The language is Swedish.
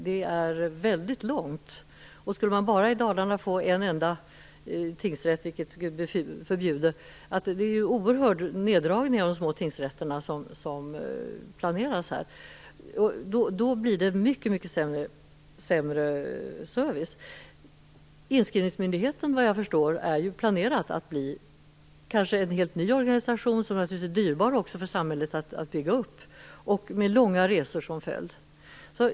Det är väldigt långt om man i Dalarna bara skulle få en enda tingsrätt, vilket Gud förbjude. Det är en oerhörd neddragning av de små tingsrätterna som här planeras. Då blir det mycket sämre service. Såvitt jag förstår är det planerat att inskrivningsmyndigheten kanske skall bli en helt ny organisation, som naturligtvis också är dyrbar för samhället att bygga upp och med långa resor som följd.